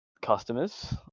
customers